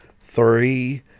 three